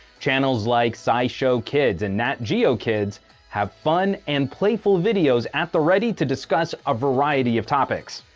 channels like scishow kids and natgeo kids have fun and playful videos at the ready to discuss a variety of topics.